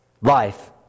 Life